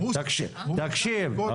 תקשיב,